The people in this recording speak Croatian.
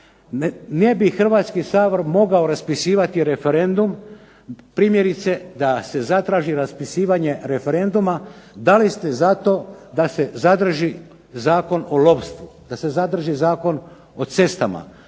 Ne bi Hrvatski sabor mogao raspisivati referendum primjerice da se zatraži raspisivane referenduma da li ste zato da se zadrži Zakon o lovstvu, da se zadrži Zakon o cestama,